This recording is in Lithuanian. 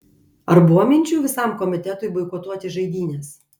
ar buvo minčių visam komitetui boikotuoti žaidynes